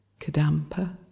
Kadampa